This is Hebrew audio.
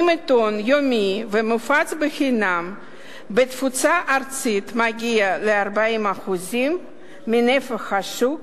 אם עיתון יומי המופץ חינם בתפוצה ארצית מגיע ל-40% מנפח שוק